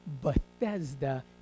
Bethesda